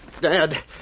Dad